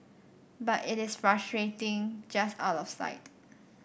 but it is frustratingly just out of sight